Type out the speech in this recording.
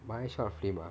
my short film ah